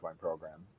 program